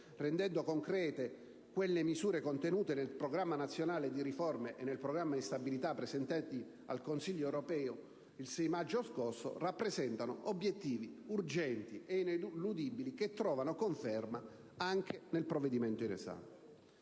rendendo concrete le misure contenute nel Programma nazionale di riforma e nel Programma di stabilità presentati al Consiglio europeo il 6 maggio scorso, rappresentano obiettivi urgenti ed ineludibili, che trovano conferma anche nel provvedimento in esame.